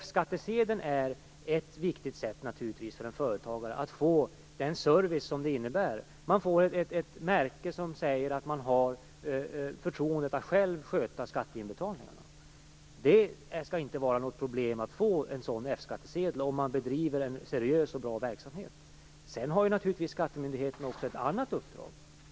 F-skattsedeln är naturligtvis ett viktigt sätt för en företagare att få den service det här handlar om. Man får ett märke som säger att man har förtroendet att själv sköta skatteinbetalningarna. Det skall inte vara något problem att få en sådan F-skattsedel om man bedriver en seriös och bra verksamhet. Sedan har naturligtvis skattemyndigheterna också ett annat uppdrag.